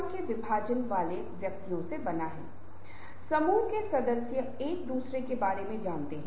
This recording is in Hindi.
क्या आप सामाजिक गतिविधियों को अपने समय में हस्तक्षेप करने से रोकते हैं